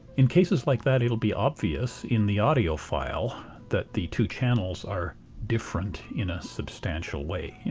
in cases like that it will be obvious in the audio file that the two channels are different in a substantial way. yeah